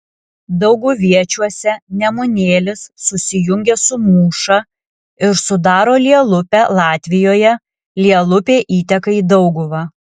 dauguviečiuose nemunėlis susijungia su mūša ir sudaro lielupę latvijoje lielupė įteka į dauguvą